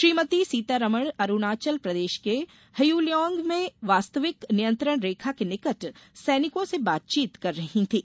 श्रीमती सीतारमन अरूणाचल प्रदेश के हयुलियांग में वास्तरविक नियंत्रण रेखा के निकट सैनिकों से बातचीत कर रही थीं